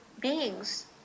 beings